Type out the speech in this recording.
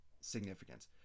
significance